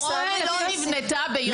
רומא לא נבנתה ביום אחד.